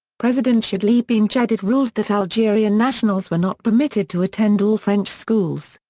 president chadli bendjedid ruled that algerian nationals were not permitted to attend all-french schools.